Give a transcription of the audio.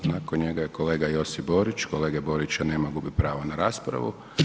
Nakon njega je kolega Borić, kolege Borića nema, gubi pravo na raspravu.